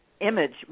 image